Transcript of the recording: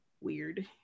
weird